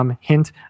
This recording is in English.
Hint